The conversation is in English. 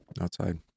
outside